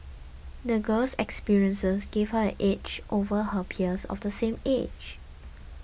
the girl's experiences gave her an edge over her peers of the same age